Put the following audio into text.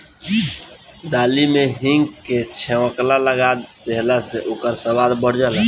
दाली में हिंग के छौंका लगा देहला से ओकर स्वाद बढ़ जाला